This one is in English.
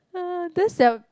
this